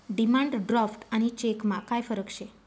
demand draft आणि चेकमा काय फरक शे